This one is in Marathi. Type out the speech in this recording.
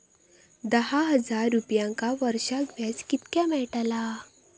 दहा हजार रुपयांक वर्षाक व्याज कितक्या मेलताला?